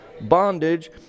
bondage